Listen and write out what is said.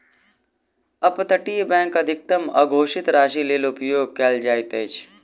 up तटीय bank अधिकतम अघोषित राशिक लेल उपयोग कयल जाइत अछि